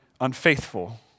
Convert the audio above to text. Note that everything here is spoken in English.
unfaithful